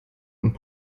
und